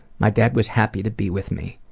my dad was happy to be with me.